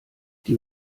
die